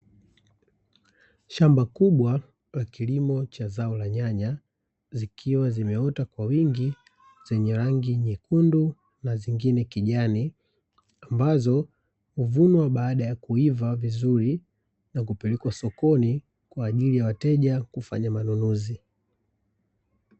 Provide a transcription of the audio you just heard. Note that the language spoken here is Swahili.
Shamba kubwa la kilimo cha zao la nyanya, zikiwa zimeota kwa wingi zenye rangi nyekundu na zingine kijani ambazo huvunwa baada ya kuiva vizuri na kupelekwa sokoni kwaajili ya wateja kufanya manunuzi.